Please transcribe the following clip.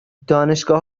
دانشگاه